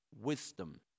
wisdom